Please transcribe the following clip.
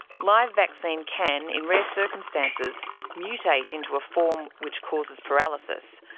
live vaccine can in rare circumstances mutate into a form which causes paralysis.